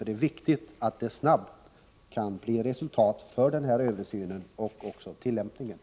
Det är viktigt att det snabbt kan bli resultat för den framtida tillämpningen av detta översynsarbete.